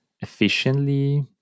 efficiently